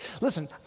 Listen